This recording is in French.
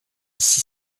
six